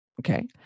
Okay